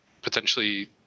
Potentially